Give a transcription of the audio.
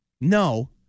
No